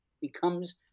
becomes